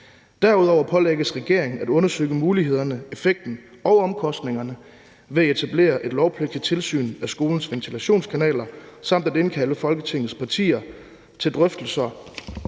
Derudover pålægges regeringen at undersøge mulighederne ved, effekten af og omkostningerne ved at etablere et lovpligtigt tilsyn med skolens ventilationskanaler samt at indkalde Folketingets partier til drøftelser